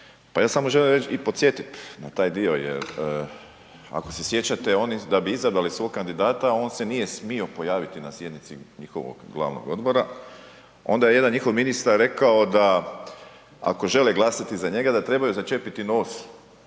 Pa ja samo želim reći i podsjetiti na taj dio jer ako se sjećate, oni da bi izabrali svog kandidata, on se nije smio pojaviti na sjednici njihovog glavnog odbora, onda je jedan njihov ministar rekao da, ako žele glasati za njega, da trebaju začepiti nos